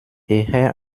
eher